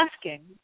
asking